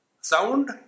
Sound